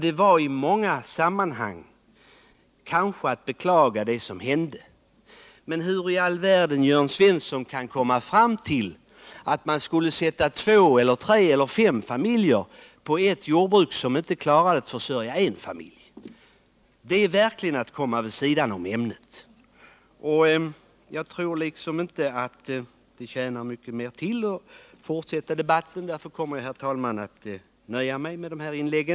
Det kan man kanske beklaga bl.a. från regionalpolitisk synpunkt. Men hur Jörn Svensson kan komma fram till att två eller tre eller fem familjer skulle kunnä klara sig på ett jordbruk som inte klarar att försörja en familj, förstår jag inte. Jag tror inte att det tjänar mycket till att fortsätta debatten, och därför kommer jag att nöja mig med dessa inlägg.